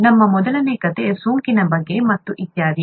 ನಮ್ಮ ಮೊದಲ ಕಥೆ ಸೋಂಕಿನ ಬಗ್ಗೆ ಮತ್ತು ಇತ್ಯಾದಿ